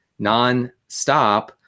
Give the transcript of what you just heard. nonstop